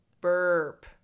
burp